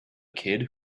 kid